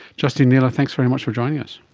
justine naylor, thanks very much for joining us.